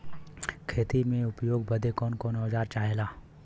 खेती में उपयोग बदे कौन कौन औजार चाहेला?